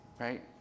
right